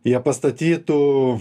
jie pastatytų